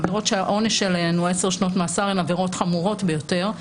עבירות שהעונש שלהן הוא 10 שנות מאסר הן עבירות חמורות ביותר.